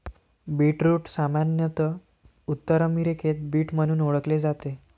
beetroot सामान्यत उत्तर अमेरिकेत बीट म्हणून ओळखले जाते